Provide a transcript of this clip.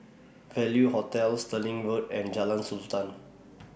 Value Hotel Stirling Road and Jalan